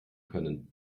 können